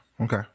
Okay